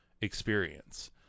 experience